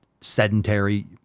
sedentary